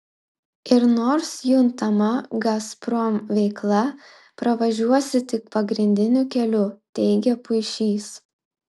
ir nors juntama gazprom veikla pravažiuosi tik pagrindiniu keliu teigė puišys